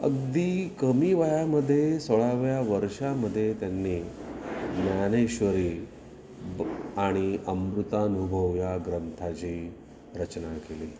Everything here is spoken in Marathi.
अगदी कमी वयामध्ये सोळाव्या वर्षामधे त्यांनी ज्ञानेश्वरी ब आणि अमृतानुभव या ग्रंथाची रचना केली